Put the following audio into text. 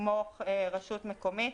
כמו רשות מקומית,